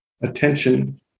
Attention